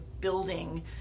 building